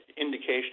indication